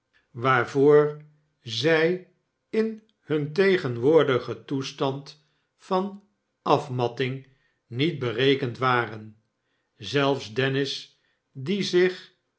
waarvoor zij in hun tegenwoordigen toestand van af matting niet berekend waren zelfs dennis die zich